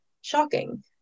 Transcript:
shocking